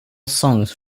songs